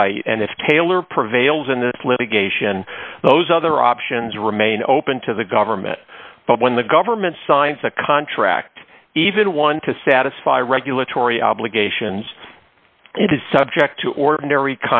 site and if taylor prevails in this litigation those other options remain open to the government but when the government signs a contract even one to satisfy regulatory obligations it is subject to ordinary